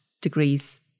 degrees